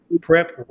prep